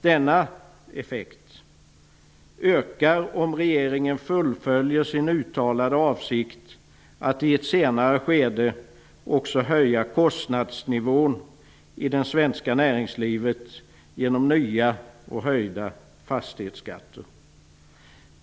Denna effekt ökar om regeringen fullföljer sin uttalade avsikt att i ett senare skede också höja kostnadsnivån i det svenska näringslivet genom nya och höjda fastighetsskatter.